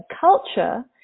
culture